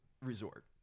resort